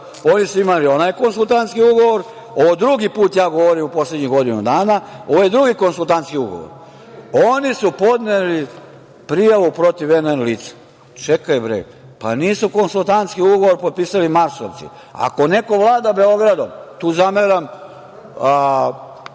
Oni su imali onaj konsultantski ugovor, ovo drugi put ja govorim u poslednjih godinu dana, ovo je drugi konsultantski ugovor. Oni su podneli prijavu protiv N.N. lica. Čekaj bre, pa nisu konsultantski ugovor potpisali marsovci. Ako neko vlada Beogradom, tu zameram